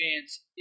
fans